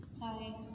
Hi